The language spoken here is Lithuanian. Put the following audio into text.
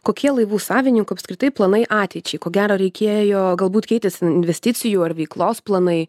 kokie laivų savininkų apskritai planai ateičiai ko gero reikėjo galbūt keitėsi investicijų ar veiklos planai